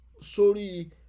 sorry